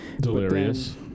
Delirious